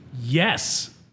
Yes